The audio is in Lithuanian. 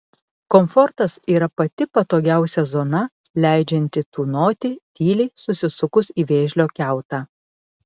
komfortas yra pati patogiausia zona leidžianti tūnoti tyliai susisukus į vėžlio kiautą